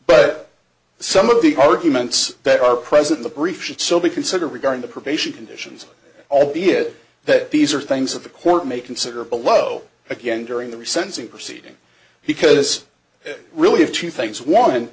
but some of the arguments that are present the brief should still be considered regarding the probation conditions albeit that these are things that the court may consider below again during the resending proceeding because it really of two things one